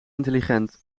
intelligent